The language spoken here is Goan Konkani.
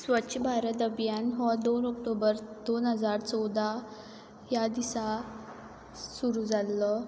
स्वच्छ भारत अभियान हो दोन ऑक्टोबर दोन हजार चवदा ह्या दिसा सुरू जाल्लो